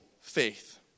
faith